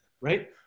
right